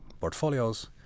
portfolios